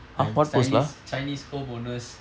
like chinese chinese home owners